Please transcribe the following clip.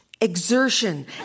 exertion